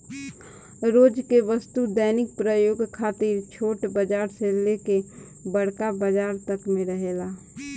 रोज के वस्तु दैनिक प्रयोग खातिर छोट बाजार से लेके बड़का बाजार तक में रहेला